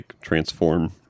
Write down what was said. transform